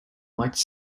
much